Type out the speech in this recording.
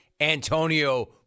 Antonio